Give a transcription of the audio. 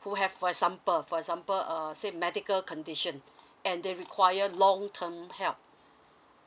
who have for example for example err said medical condition and they require long term help